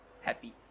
happy